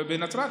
ובנצרת.